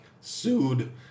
sued